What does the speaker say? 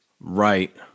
Right